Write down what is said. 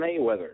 Mayweather